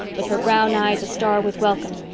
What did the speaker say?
with her brown eyes a-star with welcome,